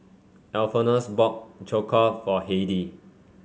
Alphonsus bought Jokbal for Heidy